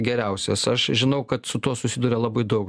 geriausias aš žinau kad su tuo susiduria labai daug